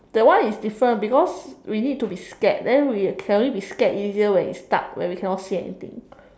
that one is different because we need to be scared then we can only be scared easier when it's dark when we cannot see anything